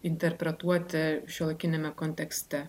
interpretuoti šiuolaikiniame kontekste